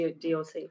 Dot